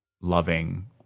loving